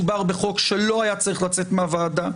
מדובר בחוק שלא היה צריך לצאת מהוועדה,